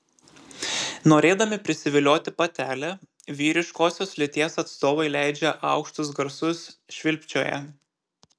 norėdami prisivilioti patelę vyriškosios lyties atstovai leidžia aukštus garsus švilpčioja